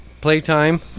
playtime